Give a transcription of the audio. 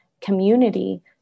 community